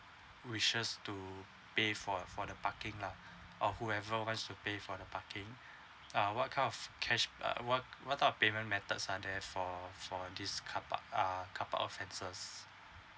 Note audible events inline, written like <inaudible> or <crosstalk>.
wishes to pay for for the parking lah <breath> or whoever wants to pay for the parking <breath> uh what kind of cash uh what what type of payment methods are there for for this car park ah car park offences